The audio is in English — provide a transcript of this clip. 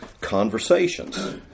conversations